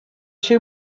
two